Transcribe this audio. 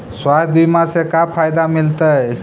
स्वास्थ्य बीमा से का फायदा मिलतै?